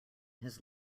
his